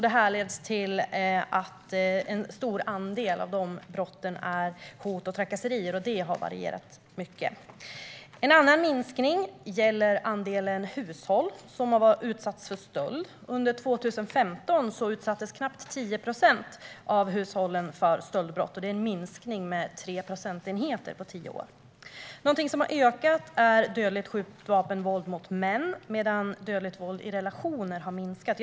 Det härleds till att en stor andel av dessa brott är hot och trakasserier, vilket har varierat mycket. En annan minskning gäller andelen hushåll som har utsatts för stöld. Under 2015 utsattes knappt 10 procent för stöldbrott, och det är en minskning med 3 procentenheter på tio år. Något som har ökat är dödligt skjutvapenvåld mot män medan dödligt våld i relationer har minskat.